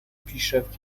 پیشرفت